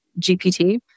GPT